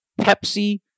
Pepsi